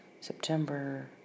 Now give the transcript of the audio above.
September